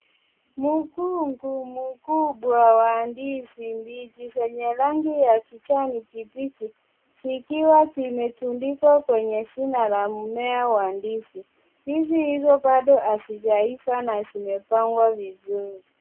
Mkungu mkubwa wa ndizi mbichi zenye rangi ya kijani kibichi, zikiwa zimetundikwa kwenye shina la mmea wa ndizi. Ndizi hizo bado hazijaiva na zimepangwa vizuri.